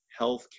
healthcare